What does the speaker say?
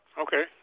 okay